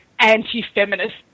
anti-feminist